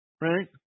right